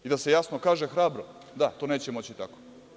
I da se jasno kaže, hrabro, da, to neće moći tako.